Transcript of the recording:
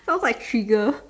solve by trigger